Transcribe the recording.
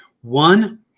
One